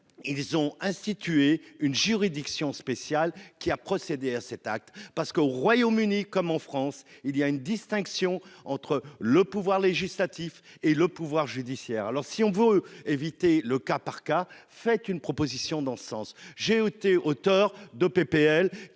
Ils ont institué une juridiction spéciale qui a procédé à cet acte parce qu'au Royaume-Uni, comme en France il y a une distinction entre le pouvoir législatif et le pouvoir judiciaire. Alors si on veut éviter le cas par cas fait une proposition dans ce sens j'ai ôté auteur de PPL